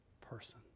person